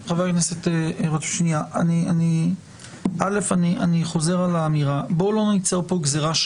ראשית נוהל מוסדר בעניין הזה כי אני חושב שזה דבר מאוד חשוב,